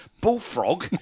Bullfrog